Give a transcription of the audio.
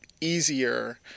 easier